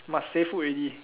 must say food already